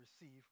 receive